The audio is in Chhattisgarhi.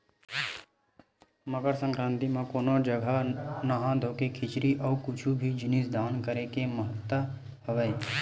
मकर संकरांति म कोनो कोनो जघा नहा धोके खिचरी अउ कुछु भी जिनिस दान करे के महत्ता हवय